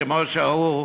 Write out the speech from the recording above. כמו שאמרו,